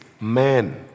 man